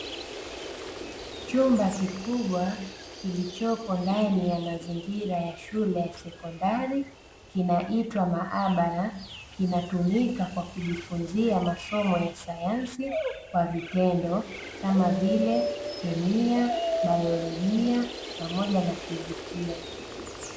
Chumba kikubwa kilichopo ndani ya mazingira ya shule ya sekondari, kinaitwa maabara kinatumika kwa kujifunzia masomo ya sayansi kwa vitendo, kama vile: kemia, baiolojia pamoja na fizikia.